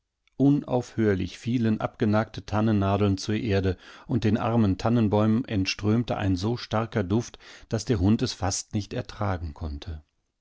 unaufhörlich fielen abgenagte tannennadeln zur erde und den armen tannenbäumen entströmte ein so starker duft daß der hund es fast nichtertragenkonnte die tanne